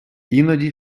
іноді